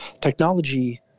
technology